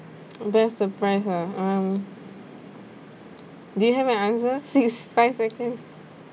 best surprise ah um do you have an answer six five seconds